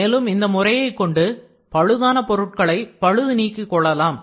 மேலும் இந்த முறையை கொண்டு பழுதான பொருட்களை பழுது நீக்கி கொள்ளலாம்